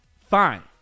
Fine